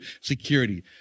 security